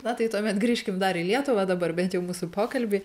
na tai tuomet grįžkim dar į lietuvą dabar bent jau mūsų pokalbį